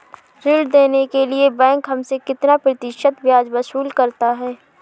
ऋण देने के लिए बैंक हमसे कितना प्रतिशत ब्याज वसूल करता है?